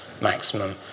maximum